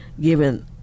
given